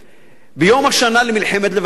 ביום השנה למלחמת לבנון השנייה.